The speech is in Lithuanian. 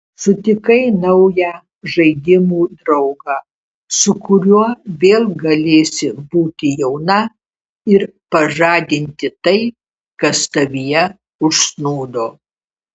sutikai naują žaidimų draugą su kuriuo vėl galėsi būti jauna ir pažadinti tai kas tavyje užsnūdo